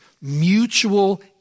mutual